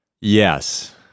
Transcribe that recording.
Yes